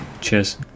Cheers